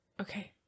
okay